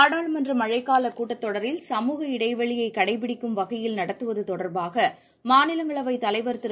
நாடாளுமன்ற மழைக் காலக் கூட்டத் தொடரில் சமுக இடைவெளியைக் கடைபிடிக்கும் வகையில் நடத்துவது தொடர்பாக மாநிலங்களவை தலைவர் திரு